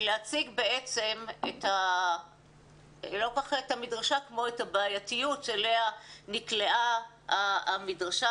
להציג בעצם לא כל כך את המדרשה כמו את הבעייתיות שאליה נקלעה המדרשה,